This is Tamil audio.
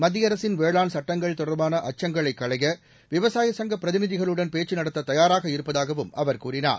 மத்திய அரசின் வேளாண் சுட்டங்கள் தொடர்பான அச்சங்களை களைய விவசாயச் சங்க பிரதிநிதிகளுடன் பேச்சு நடத்த தயாராக இருப்பதாகவும் அவர் கூறினார்